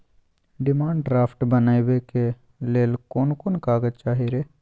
Demand draft बनाबैक लेल कोन कोन कागज चाही रे?